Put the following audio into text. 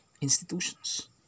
institutions